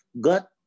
God